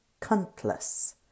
cuntless